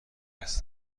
لحظه